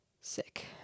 sick